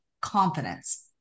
confidence